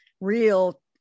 real